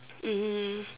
mmhmm